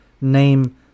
name